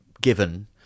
given